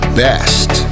best